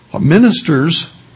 ministers